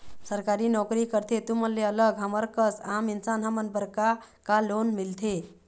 सरकारी नोकरी करथे तुमन ले अलग हमर कस आम इंसान हमन बर का का लोन मिलथे?